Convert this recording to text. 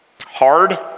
hard